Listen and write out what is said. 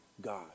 God